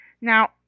Now